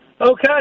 Okay